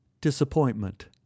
disappointment